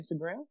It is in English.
Instagram